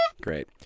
Great